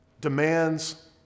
demands